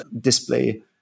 display